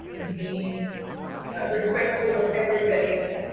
be but respectful of everybody's